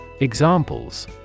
Examples